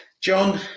john